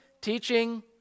teaching